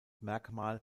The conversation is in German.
merkmal